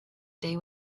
day